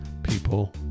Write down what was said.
People